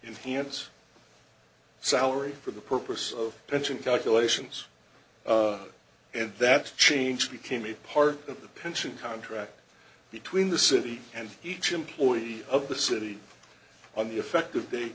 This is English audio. finance salary for the purpose of pension calculations and that's changed became a part of the pension contract between the city and each employee of the city on the effective